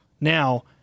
Now